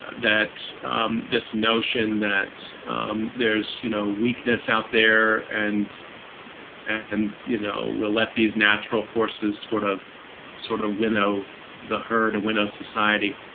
that um this notion that um there's no weakness out there. and and, you know, we'll let these natural forces sort of sort of winnow the herd and winnow society.